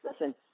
listen